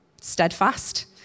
steadfast